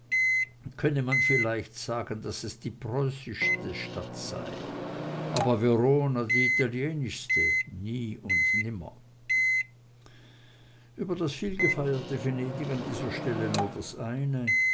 könne man vielleicht sagen daß es die preußischste stadt sei aber verona die italienischste nie und nimmer über das vielgefeierte venedig an dieser stelle nur das eine